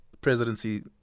presidency